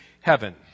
heaven